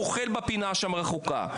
הוא אוכל בפינה שם רחוקה,